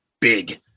big